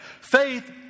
Faith